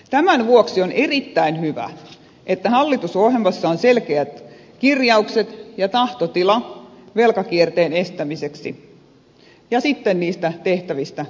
tämän vuoksi on erittäin hyvä että hallitusohjelmassa on selkeät kirjaukset ja tahtotila velkakierteen estämisestä ja sitten niistä tehtävistä toimista